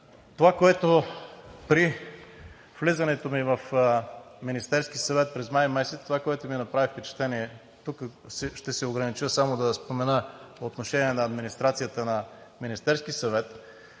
дейност. При влизането ми в Министерския съвет през месец май това, което ми направи впечатление – тук ще се огранича само да спомена, че е по отношение на администрацията на Министерския съвет,